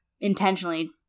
intentionally